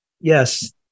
yes